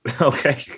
Okay